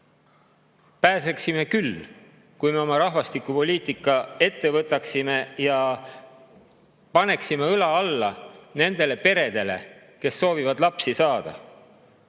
Pääseksime küll, kui me oma rahvastikupoliitika ette võtaksime ja paneksime õla alla nendele peredele, kes soovivad lapsi saada.